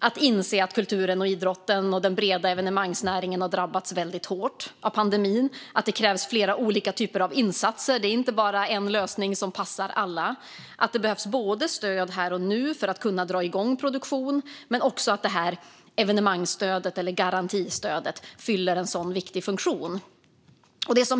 om att kulturen, idrotten och den breda evenemangsnäringen har drabbats väldigt hårt av pandemin, att det krävs flera olika typer av insatser, att det inte bara finns en lösning som passar alla och att det behövs stöd här och nu för att kunna dra igång produktion men också att garantistödet fyller en så viktig funktion.